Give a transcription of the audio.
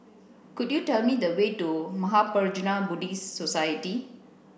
could you tell me the way to Mahaprajna Buddhist Society